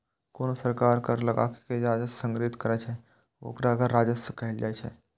कोनो सरकार कर लगाके जे राजस्व संग्रहीत करै छै, ओकरा कर राजस्व कहल जाइ छै